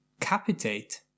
capitate